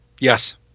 Yes